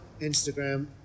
Instagram